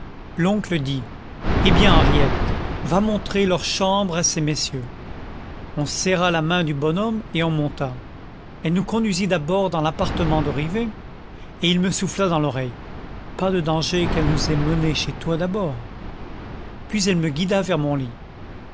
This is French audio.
l'oncle dit eh bien henriette va montrer leurs chambres à ces messieurs on serra la main du bonhomme et on monta elle nous conduisit d'abord dans l'appartement de rivet et il me souffla dans l'oreille pas de danger qu'elle nous ait menés chez toi d'abord puis elle me guida vers mon lit